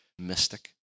mystic